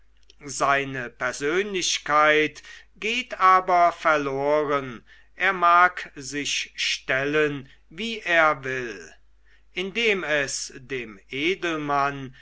seine persönlichkeit geht aber verloren er mag sich stellen wie er will indem es dem edelmann